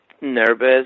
nervous